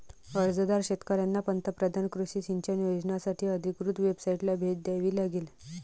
अर्जदार शेतकऱ्यांना पंतप्रधान कृषी सिंचन योजनासाठी अधिकृत वेबसाइटला भेट द्यावी लागेल